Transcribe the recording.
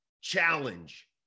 challenge